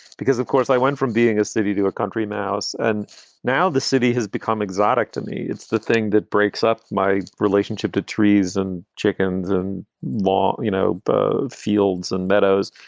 because, of course, i went from being a city to a country mouse and now the city has become exotic to me. it's the thing that breaks up my relationship to trees and chickens and law, you know, the fields and meadows.